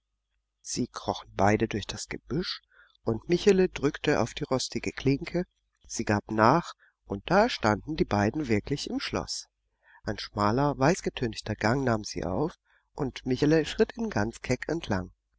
sie krochen beide durch das gebüsch und michele drückte auf die rostige klinke sie gab nach und da standen die beiden wirklich im schloß ein schmaler weißgetünchter gang nahm sie auf und michele schritt ihn ganz keck entlang